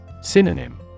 Synonym